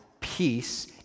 peace